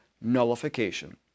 nullification